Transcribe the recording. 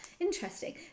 interesting